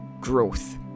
growth